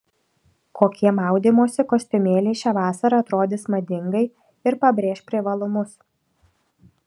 kokie maudymosi kostiumėliai šią vasarą atrodys madingai ir pabrėš privalumus